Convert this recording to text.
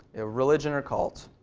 ah religion or cult?